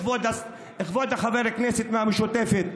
כבוד חבר הכנסת מהמשותפת.